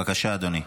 בבקשה, אדוני.